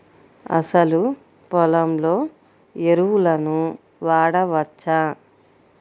అసలు పొలంలో ఎరువులను వాడవచ్చా?